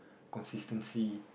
consistency